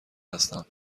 هستم